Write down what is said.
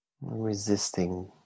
resisting